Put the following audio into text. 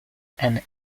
and